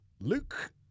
Luke